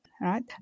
right